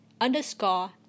underscore